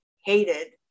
hated